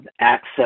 access